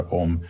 om